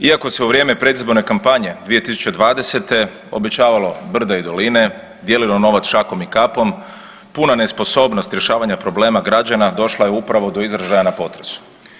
Iako se u vrijeme predizborne kampanje 2020. obećavalo brda i doline, dijelilo novac šakom i kapom, puna nesposobnost rješavanja problema građana došla je upravo do izražaja na potresu.